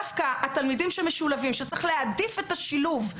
דווקא התלמידים שמשולבים, וצריך להעדיף את השילוב,